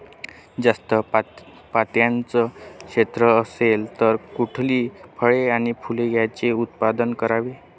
जास्त पात्याचं क्षेत्र असेल तर कुठली फळे आणि फूले यांचे उत्पादन करावे?